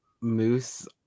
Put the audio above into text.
moose